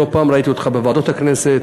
לא פעם ראיתי אותך בוועדות הכנסת.